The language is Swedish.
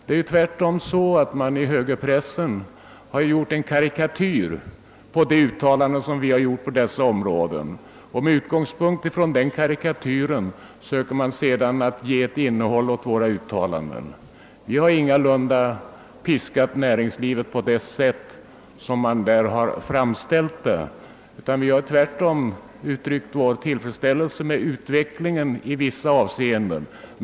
I själva verket har högerpressen gjort en karikatyr av de uttalanden som vi gjort på dessa områden, och med utgångspunkt i denna karikatyr söker man sedan ge ett visst innehåll åt våra uttalanden. Vi har ingalunda piskat näringslivet på det sätt som man gör gällande, utan vi har tvärtom uttryckt vår tillfredsställelse med utvecklingen i vissa avseenden.